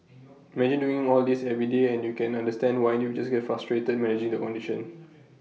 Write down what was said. imagine doing all this every day and you can understand why individuals get frustrated managing the condition